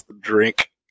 drink